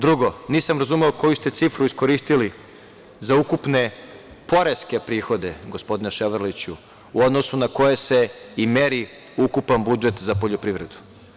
Drugo, nisam razumeo koju ste cifru iskoristili za ukupne poreske prihode, gospodine Ševarliću, u odnosu na koje se i meri ukupan budžet za poljoprivredu?